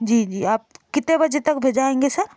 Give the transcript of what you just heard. जी जी आप कितने बजे तक भिजवायेंगे सर